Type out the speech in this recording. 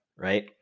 right